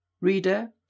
Reader